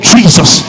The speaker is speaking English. Jesus